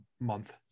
month